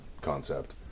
concept